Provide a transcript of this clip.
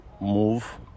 move